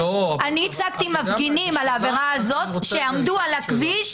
אני הצגתי מפגינים על העבירה הזאת שעמדו על הכביש,